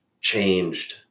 changed